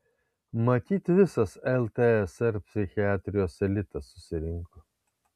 matyt visas ltsr psichiatrijos elitas susirinko